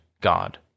God